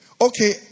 Okay